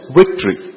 victory